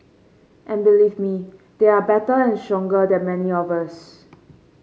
and believe me they are better and stronger than many of us